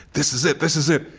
this is it! this is it!